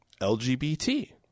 LGBT